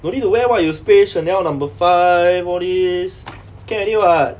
don't need to wear [one] you spray Chanel number five all these can already [what]